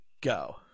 Go